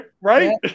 right